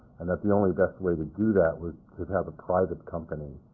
and that the only best way to do that was to have a private company,